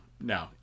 no